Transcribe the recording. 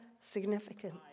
significant